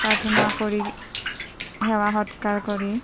প্ৰাৰ্থনা কৰি সেৱা সৎকাৰ কৰি